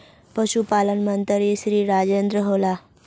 पशुपालन मंत्री श्री राजेन्द्र होला?